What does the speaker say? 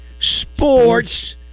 Sports